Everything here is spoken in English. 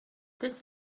this